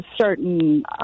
certain